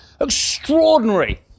Extraordinary